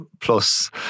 plus